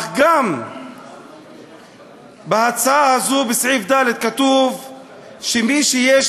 אך גם בהצעה הזו בסעיף קטן (ד) כתוב שמי שיש